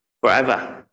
forever